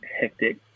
hectic